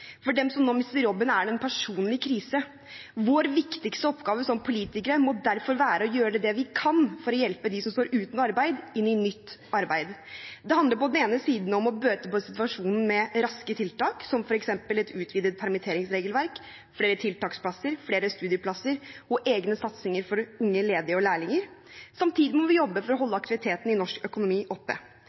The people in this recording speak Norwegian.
For dem som nå mister jobben, er det en personlig krise. Vår viktigste oppgave som politikere må derfor være å gjøre det vi kan for å hjelpe dem som står uten arbeid, inn i nytt arbeid. Det handler på den ene siden om å bøte på situasjonen med raske tiltak, som f.eks. et utvidet permitteringsregelverk, flere tiltaksplasser, flere studieplasser og egne satsinger for unge ledige og lærlinger. Samtidig må vi jobbe for å holde aktiviteten i norsk økonomi oppe.